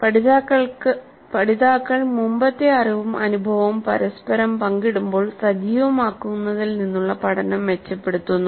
പഠിതാക്കൾ മുമ്പത്തെ അറിവും അനുഭവവും പരസ്പരം പങ്കിടുമ്പോൾ സജീവമാക്കുന്നതിൽ നിന്നുള്ള പഠനം മെച്ചപ്പെടുത്തുന്നു